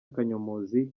kanyomozi